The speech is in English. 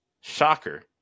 shocker